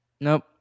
Nope